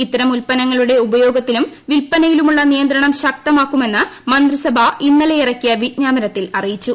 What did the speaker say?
ഇത്തരം ഉൽപ്പന്നങ്ങളുടെ ഉപയോഗത്തിലും വിൽപ്പനയിലുമുള്ള നിയന്ത്രണം ശക്തമാക്കുമെന്ന് മന്ത്രിസഭ ഇന്നലെ ഇറക്കിയ വിജ്ഞാപനത്തിൽ അറിയിച്ചു